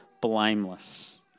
blameless